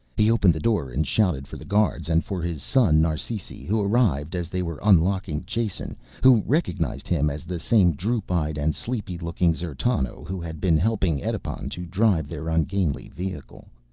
he opened the door and shouted for the guards, and for his son, narsisi, who arrived as they were unlocking jason who recognized him as the same droop-eyed and sleepy looking d'zertano who had been helping edipon to drive their ungainly vehicle.